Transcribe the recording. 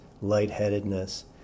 lightheadedness